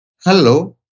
Hello